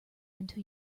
until